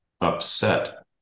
upset